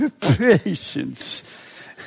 Patience